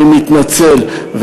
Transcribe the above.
אני מתנצל.